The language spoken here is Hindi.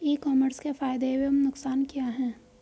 ई कॉमर्स के फायदे एवं नुकसान क्या हैं?